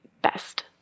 best